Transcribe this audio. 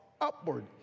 upward